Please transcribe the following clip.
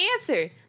answer